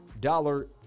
dollar